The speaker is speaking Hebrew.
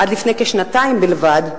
עד לפני כשנתיים בלבד,